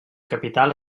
capital